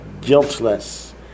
guiltless